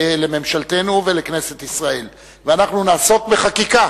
לממשלתנו ולכנסת ישראל אנחנו נעסוק בחקיקה